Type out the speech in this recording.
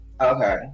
Okay